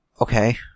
Okay